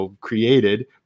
created